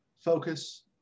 focus